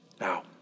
Now